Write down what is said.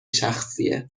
شخصیه